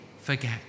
forget